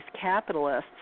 capitalists